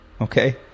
okay